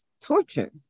torture